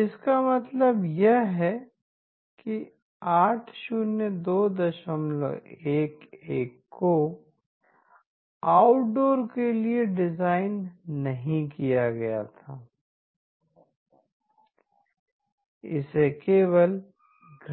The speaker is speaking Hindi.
इसका मतलब यह है कि 80211 को आउटडोर के लिए डिज़ाइन नहीं किया गया था इसे केवल